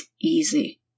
easy